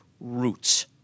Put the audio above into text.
roots